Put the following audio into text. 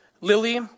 Lily